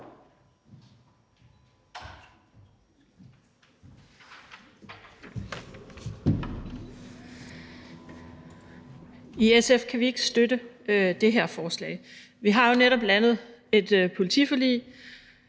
I SF kan vi ikke støtte det her forslag. Vi har netop landet et politiforlig,